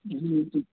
جی جی